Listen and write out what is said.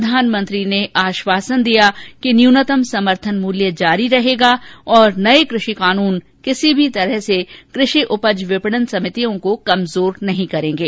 प्रधानमंत्री ने आश्वासन दिया कि न्यूनतम समर्थन मूल्य जारी रहेगा और नए कृषि कानून किसी भी तरह से कृषि उपज विपणन समितियों को कमजोर नहीं करेंगे